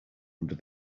under